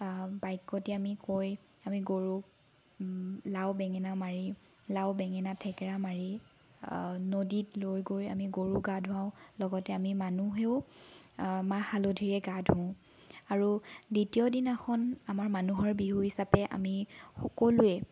বাক্যটি আমি কৈ আমি গৰুক লাও বেঙেনা মাৰি লাও বেঙেনা থেকেৰা মাৰি নদীত লৈ গৈ আমি গৰু গা ধুৱাওঁ লগতে আমি মানুহেও মাহ হালধিৰে গা ধুওঁ আৰু দ্বিতীয় দিনাখন আমাৰ মানুহৰ বিহু হিচাপে আমি সকলোৱে